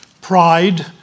pride